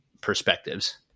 perspectives